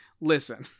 listen